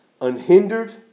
unhindered